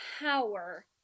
power